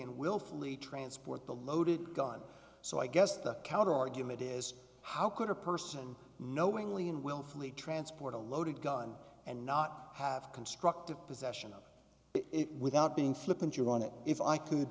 and willfully transport the loaded gun so i guess the counter argument is how could a person knowingly and willfully transport a loaded gun and not have constructive possession of it without being flippant you're on it if i could